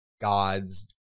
gods